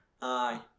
Aye